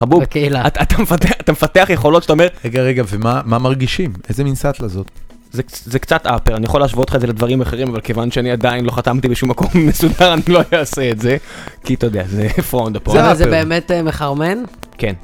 חבוב, בקהילה, אתה מפתח יכולות שאתה אומר... רגע רגע ומה מרגישים? איזה מין סטלה זאת? זה קצת upper, אני יכול להשוות לך את זה לדברים אחרים אבל כיוון שאני עדיין לא חתמתי בשום מקום מסודר אני לא אעשה את זה, כי אתה יודע, זה frowned upon. זה באמת מחרמן? כן.